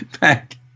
Back